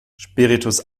spiritus